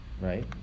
right